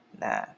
nah